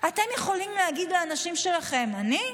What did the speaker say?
אתם יכולים להגיד לאנשים שלכם: אני?